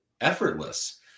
effortless